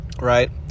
right